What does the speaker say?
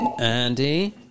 Andy